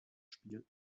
spiel